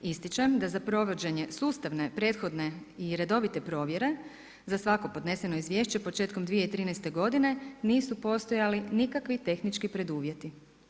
Ističem da za provođenje sustavne, prethodne i redovite provjere za svako podneseno izviješće početkom 2013. godine nisu postojali nikakvi tehnički preduvjeti.